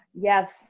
Yes